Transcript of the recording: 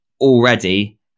already